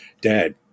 Dad